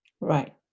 Right